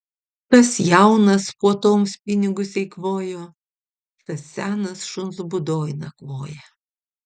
kas jaunas puotoms pinigus eikvojo tas senas šuns būdoj nakvoja